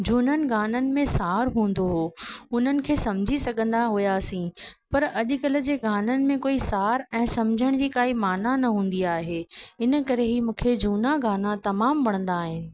झूननि गाननि में सार हूंदो हुओ उन्हनि खे समुझी सघंदा हुयासीं पर अॼुकल्ह जे गाननि में कोई सार ऐं समुझण जी काई माना न हूंदी आहे इनकरे ही मूंखे झूना गाना तमामु वणंदा आहिनि